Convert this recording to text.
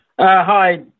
Hi